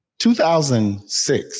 2006